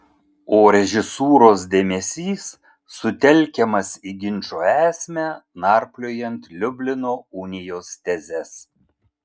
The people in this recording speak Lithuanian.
o režisūros dėmesys sutelkiamas į ginčo esmę narpliojant liublino unijos tezes